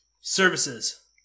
Services